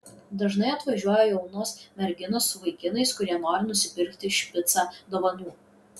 dažnai atvažiuoja jaunos merginos su vaikinais kurie nori nusipirkti špicą dovanų